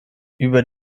über